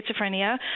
schizophrenia